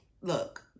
look